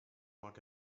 mag